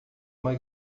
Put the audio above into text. uma